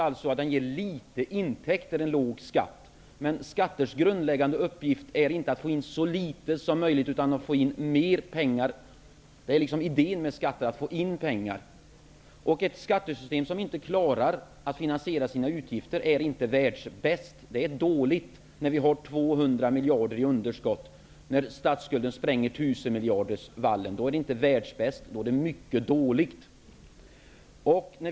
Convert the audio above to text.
En låg skatt ger litet intäkter. Men skatters grundläggande uppgift är inte att staten skall få in så litet som möjligt utan att staten skall få in mer pengar. Idén med skatter är ju att staten skall få in pengar. Ett skattesystem som inte klarar att finansiera utgifterna är inte världsbäst, utan det är dåligt. Vi har ju 200 miljarder i budgetunderskott. När statsskulden spränger 1000-miljardersvallen är systemet inte världsbäst utan mycket dåligt.